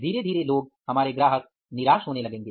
धीरे धीरे लोग निराश होने लगेंगे